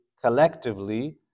collectively